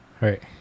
Right